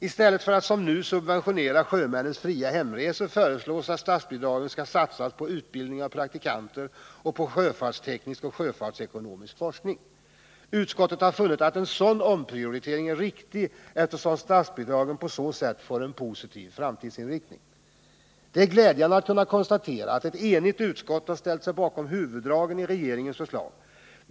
I stället för att som nu subventionera sjömännens fria hemresor föreslås att statsbidragen skall satsas på utbildning av praktikanter och på sjöfartsteknisk och sjöfartsekonomisk forskning. Utskottet har funnit att en sådan omprioritering är riktig eftersom statsbidragen på så sätt får en positiv framtidsinriktning. Det är glädjande att man kan konstatera att ett enigt utskott har ställt sig bakom huvuddragen i regeringens förslag.